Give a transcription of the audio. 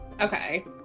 Okay